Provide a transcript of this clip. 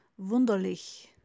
Wunderlich